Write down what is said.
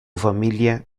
familia